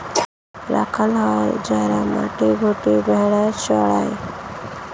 রাখাল হল যারা মাঠে ঘাটে ভেড়া চড়ায়